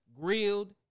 grilled